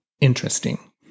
interesting